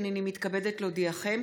הינני מתכבדת להודיעכם,